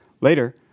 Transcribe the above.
Later